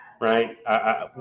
right